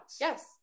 Yes